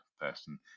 person